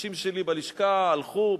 אנשים שלי בלשכה הלכו,